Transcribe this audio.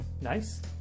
Nice